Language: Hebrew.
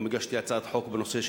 גם הגשתי הצעת חוק בנושא,